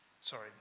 sorry